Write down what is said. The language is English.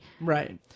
right